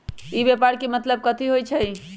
ई व्यापार के की मतलब होई छई?